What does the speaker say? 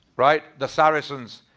right? the saracens.